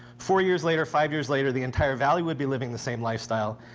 four years later, five years later, the entire valley would be living the same lifestyle.